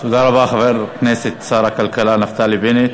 תודה רבה לחבר הכנסת ושר הכלכלה נפתלי בנט.